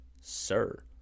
Sir